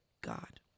God